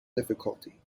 difficulty